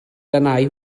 lanhau